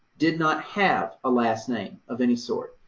did not have a last name of any sort,